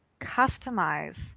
customize